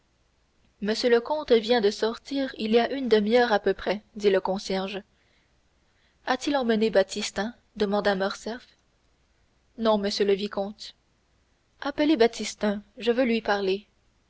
le comte vient de sortir il y a une demi-heure à peu près dit le concierge a-t-il emmené baptistin demanda morcerf non monsieur le vicomte appelez baptistin je veux lui parler